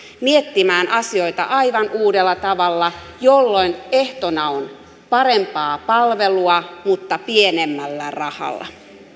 miettimään asioita aivan uudella tavalla jolloin ehtona on parempaa palvelua mutta pienemmällä rahalla